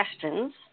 questions